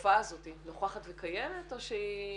הנושא הזה מחייב עבודה של שותפויות.